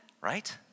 Right